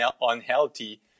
unhealthy